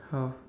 orh